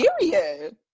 Period